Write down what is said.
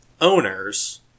owners